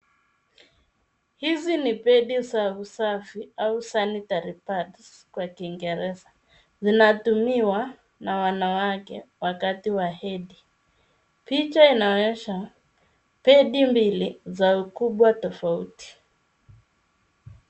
Hizi ni pedi za usafi au Sanitary pads, kwa kiingereza. Zinatumiwa na wanawake wakati wa hedhi. Picha inaonyesha pedi mbili za ukubwa tofauti.